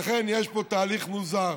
לכן, יש פה תהליך מוזר